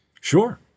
Sure